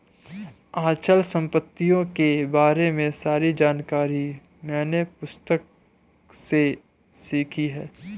अचल संपत्तियों के बारे में सारी जानकारी मैंने पुस्तक से सीखी है